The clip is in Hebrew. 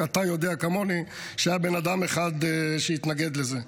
רק שאתה יודע, כמוני, שהיה בן אדם אחד שהתנגד לזה.